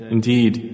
Indeed